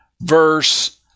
Verse